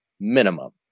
minimum